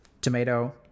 tomato